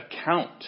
account